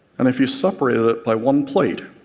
and if you separated it by one plate,